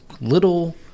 little